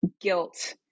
guilt